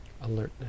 alertness